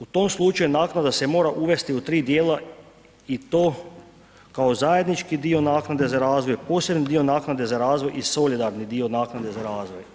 U tom slučaju naknade se mora uvesti u 3 djela i to kao zajednički dio naknade za razvoj, posebni dio naknade za razvoj i solidarni dio naknade za razvoj.